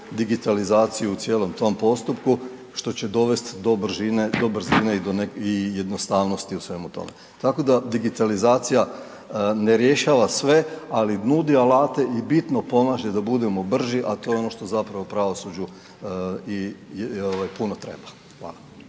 digitalizaciju u cijelom tom postupku, što će dovest do brzine i jednostavnosti u svemu tome, tako da digitalizacija ne rješava sve, ali nudi alate i bitno pomaže da budemo brži, a to je ono što zapravo pravosuđu i puno treba. Hvala.